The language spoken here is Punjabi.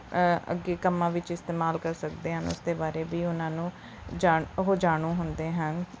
ਅੱਗੇ ਕੰਮਾਂ ਵਿੱਚ ਇਸਤੇਮਾਲ ਕਰ ਸਕਦੇ ਹਨ ਉਸ ਦੇ ਬਾਰੇ ਵੀ ਉਨ੍ਹਾਂ ਨੂੰ ਜਾਣ ਉਹ ਜਾਣੂ ਹੁੰਦੇ ਹਨ